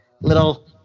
little